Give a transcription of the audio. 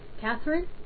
Catherine